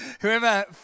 whoever